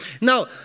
Now